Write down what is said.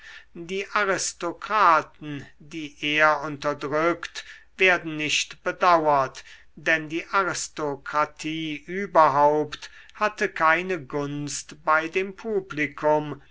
die aristokraten die er unterdrückt werden nicht bedauert denn die aristokratie überhaupt hatte keine gunst bei dem publikum